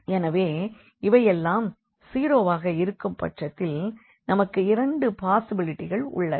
எனவே இவையெல்லாம் 0 வாக இருக்கும் பட்சத்தில் நமக்கு இரண்டு பாசிபிலிட்டிகள் உள்ளன